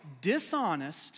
dishonest